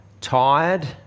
tired